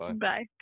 Bye